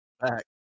...back